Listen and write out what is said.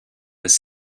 this